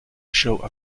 show